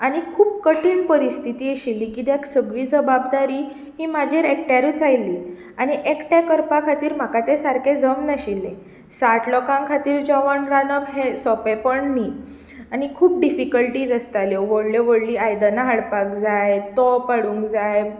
आनी खूब कठीन परिस्थीती आशिल्ली कित्याक सगळी जबाबदारी ही म्हजेर एकट्यारच आयली आनी एकटें करपा खातीर म्हाका तें सारके जमनाशिल्लें साठ लोकांक खातीर जेवण रांदप हें सोपेंपण न्ही आनी खूब डिफिकल्टीस आसताल्यो व्हडल्यो व्हडलीं आयदनां हाडपाक जाय तोप हाडूंक जाय